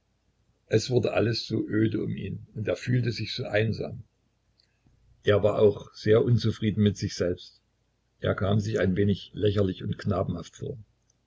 es wurde alles so öde um ihn und er fühlte sich so einsam er war auch sehr unzufrieden mit sich selbst er kam sich ein wenig lächerlich und knabenhaft vor